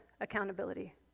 accountability